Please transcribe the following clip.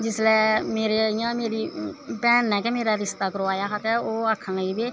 जिसलै मेरी गै भैन नै रिश्ता करवाया हा ते ओह् आक्खन लगी